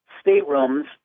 staterooms